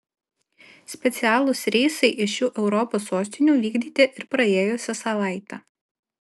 specialūs reisai iš šių europos sostinių vykdyti ir praėjusią savaitę